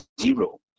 zero